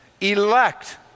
Elect